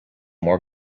more